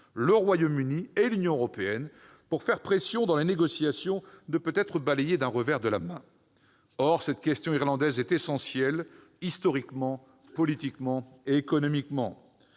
peu instrumentalisé l'Ulster, afin de faire pression sur les négociations, ne peut être balayée d'un revers de la main. Or cette question irlandaise est essentielle, historiquement, politiquement et économiquement.